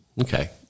Okay